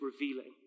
revealing